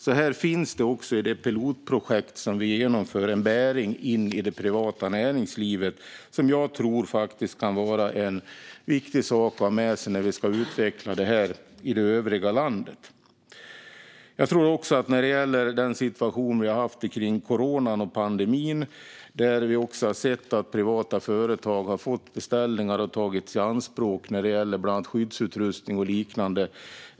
I det pilotprojekt som vi genomför finns det alltså även en koppling till det privata näringslivet som jag tror kan vara en viktig sak att ha med oss när vi ska utveckla detta i övriga landet. När det gäller den situation vi har haft i fråga om corona och pandemin har vi sett att privata företag har fått beställningar och tagits i anspråk bland annat när det gäller skyddsutrustning och liknande.